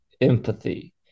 empathy